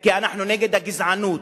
כי אנחנו נגד הגזענות,